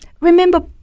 Remember